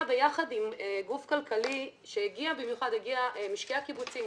ביחד עם גוף כלכלי משקי הקיבוצים,